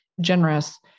generous